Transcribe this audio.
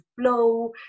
flow